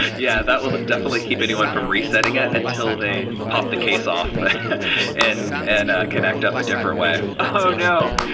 yeah, that will definitely keep anyone from resetting it, until they pop the case off and and ah connect up a different way oh, no.